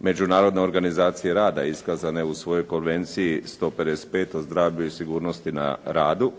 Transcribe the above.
Međunarodne organizacije rada iskazane u svojoj Konvenciji 155 o zdravlju i sigurnosti na radu,